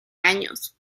años